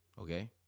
Okay